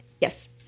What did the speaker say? Yes